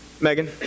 Megan